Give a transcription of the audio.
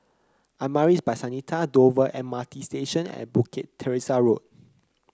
Amaris By Santika Dover M R T Station and Bukit Teresa Road